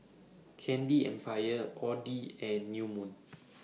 Candy Empire Audi and New Moon